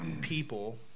people